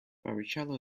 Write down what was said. barrichello